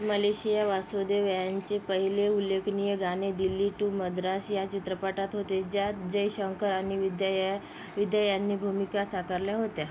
Malaysia Vasudev यांचे पहिले उल्लेखनीय गाणे दिल्ली टू मद्रास या चित्रपटात होते ज्यात जयशंकर आणि विद्या या विद्या यांनी भूमिका साकारल्या होत्या